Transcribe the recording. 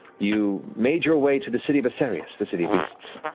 you made your way to the city of asarius, the city of beasts,